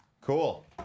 Cool